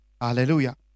Hallelujah